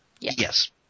Yes